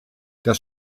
das